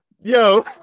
Yo